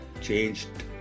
changed